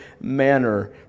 manner